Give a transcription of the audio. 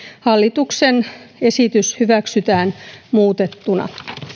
hallituksen esitys hyväksytään muutettuna